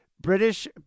british